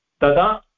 Tada